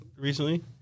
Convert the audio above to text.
recently